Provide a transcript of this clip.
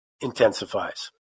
intensifies